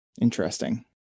Interesting